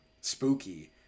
spooky